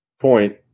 point